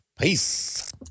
Peace